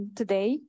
today